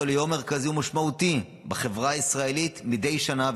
ליום מרכזי ומשמעותי בחברה הישראלית מדי שנה,